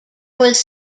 was